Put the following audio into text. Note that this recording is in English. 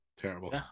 terrible